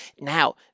Now